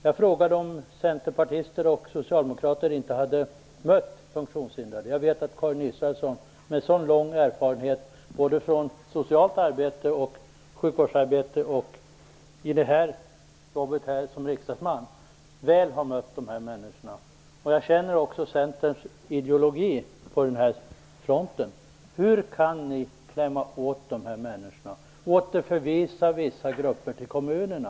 Jag frågade om centerpartister och socialdemokrater inte har mött funktionshindrade. Jag vet att Karin Israelsson, som har så lång erfarenhet från både socialt arbete, sjukvårdsarbete och riksdagsarbete, väl har mött de här människorna. Jag känner också Centerns ideologi i den här frågan. Hur kan ni då klämma åt de här människorna och återförvisa vissa grupper till kommunerna?